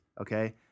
okay